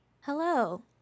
Hello